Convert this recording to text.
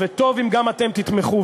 וטוב אם גם אתם תתמכו,